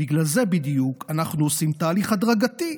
בגלל זה בדיוק אנחנו עושים תהליך הדרגתי.